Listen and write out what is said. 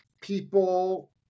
people